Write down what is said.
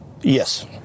Yes